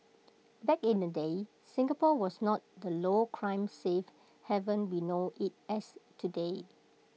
back in the day Singapore was not the low crime safe heaven we know IT as today